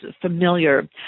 familiar